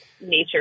nature